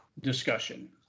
discussion